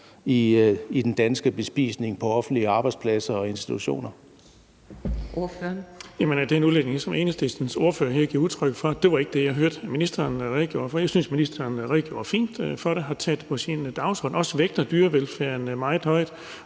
i den danske bespisning på offentlige arbejdspladser og institutioner?